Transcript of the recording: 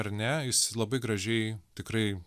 ar ne jis labai gražiai tikrai